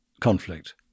conflict